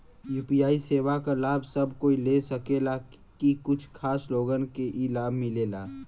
UPI सेवा क लाभ सब कोई ले सकेला की कुछ खास लोगन के ई लाभ मिलेला?